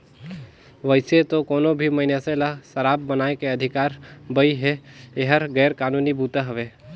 वइसे तो कोनो भी मइनसे ल सराब बनाए के अधिकार बइ हे, एहर गैर कानूनी बूता हवे